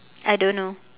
I don't know